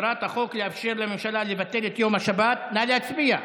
"מטרת החוק לאפשר לממשלה לבטל את יום השבת" נא להצביע.